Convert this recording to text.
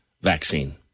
vaccine